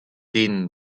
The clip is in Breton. den